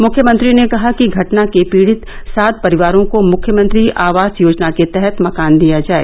मुख्यमंत्री ने कहा कि घटना के पीड़ित सात परिवारों को मुख्यमंत्री आवास योजना के तहत मकान दिया जाए